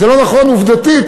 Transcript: זה לא נכון עובדתית,